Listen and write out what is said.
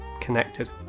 connected